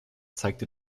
zeigte